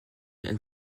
and